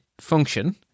function